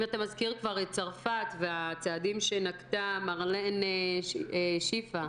אם אתה מזכיר כבר את צרפת והצעדים שנקטה מרלן שיפה,